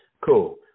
cool